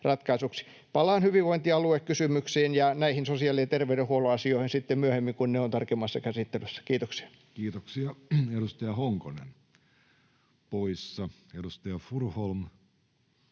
Palaan hyvinvointialuekysymyksiin ja näihin sosiaali- ja terveydenhuollon asioihin sitten myöhemmin, kun ne ovat tarkemmassa käsittelyssä. — Kiitoksia. [Speech 433] Speaker: Jussi Halla-aho